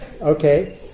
okay